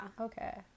Okay